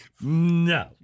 No